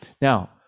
now